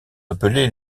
appelés